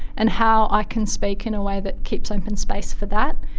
and how i can speak in a way that keeps open space for that,